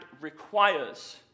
requires